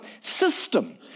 system